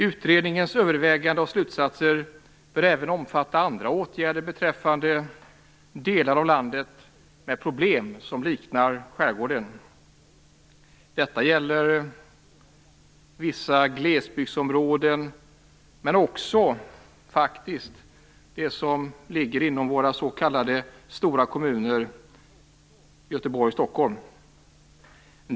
Utredningens överväganden och slutsatser bör även omfatta andra åtgärder beträffande delar av landet med problem som liknar skärgårdens. Detta gäller vissa glesbygdsområden, men också de som ligger inom våra s.k. stora kommuner Göteborg och Stockholm.